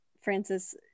francis